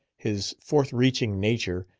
his forthreaching nature,